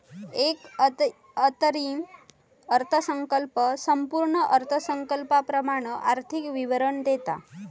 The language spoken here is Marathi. एक अंतरिम अर्थसंकल्प संपूर्ण अर्थसंकल्पाप्रमाण आर्थिक विवरण देता